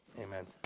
amen